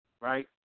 right